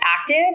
active